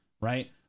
right